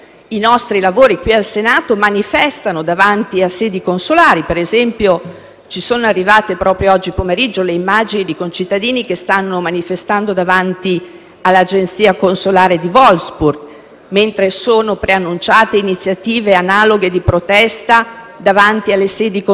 Ci sono arrivate oggi pomeriggio le immagini di concittadini che stanno manifestando davanti all'agenzia consolare di Wolfsburg, mentre sono preannunciate iniziative analoghe di protesta davanti alle sedi consolari di Charleroi in Belgio o di Londra in Gran Bretagna.